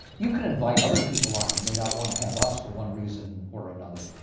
you could invite other people on you may not want to have us for one reason or another.